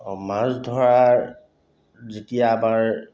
মাছ ধৰাৰ যেতিয়া আমাৰ